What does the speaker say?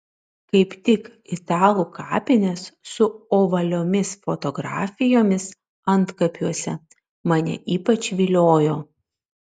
kaip tik italų kapinės su ovaliomis fotografijomis antkapiuose mane ypač viliojo